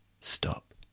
stop